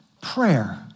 Prayer